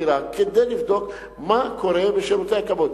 חקירה כדי לבדוק מה קורה בשירותי הכבאות.